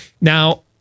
Now